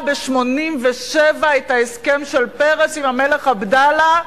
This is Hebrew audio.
ב-1987 את ההסכם של פרס עם המלך עבדאללה,